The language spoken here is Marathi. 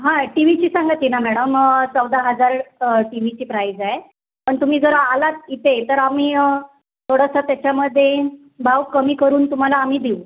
हां टी वीची सांगते ना मॅडम चौदा हजार टी व्हीची प्राईज आहे पण तुम्ही जर आलात इथे तर आम्ही थोडंसं त्याच्यामध्ये भाव कमी करून तुम्हाला आम्ही देऊ